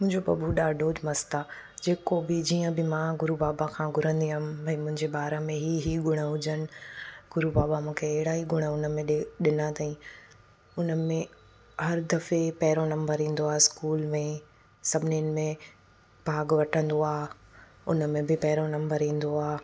मुंहिंजो बबू ॾाढो मस्तु आहे जेको बि जीअं बि मां गुरू बाबा खां घुरंदी हुअमि भई मुंहिंजे ॿार में ई ई गुण हुजनि गुरू बाबा मूंखे हेड़ा ई गुण हुन में ॾिना अथई हुन में हर दफ़े पहिरो नंबर ईंदो आहे स्कूल में सभिनिनि में भाॻु वठंदो आहे हुन में बि पहिरों नंबर ईंदो आहे